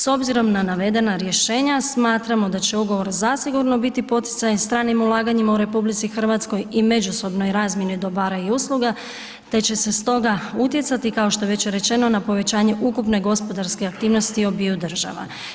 S obzirom na navedena rješenja, smatramo da će ugovor zasigurno biti poticaj stranim ulaganjima u RH i međusobnoj razmjeni dobara i usluga te će se stoga utjecati, kao što je već rečeno na povećanje ukupne gospodarske aktivnosti obiju država.